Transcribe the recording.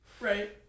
Right